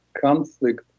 Conflict